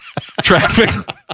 traffic